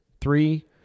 Three